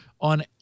on